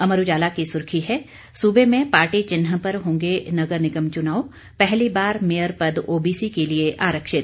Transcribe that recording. अमर उजाला की सुर्खी है सूबे में पार्टी चिहन पर होंगे नगर निगम चुनाव पहली बार मेयर पद ओबीसी के लिये आरक्षित